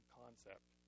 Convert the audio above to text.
concept